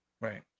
Right